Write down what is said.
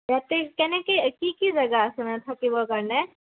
ইয়াতে কেনেকে কি কি জেগা আছে মানে থাকিবৰ কাৰণে